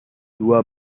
dua